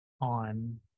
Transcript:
on